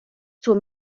zur